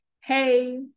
hey